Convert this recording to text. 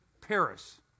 Paris